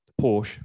Porsche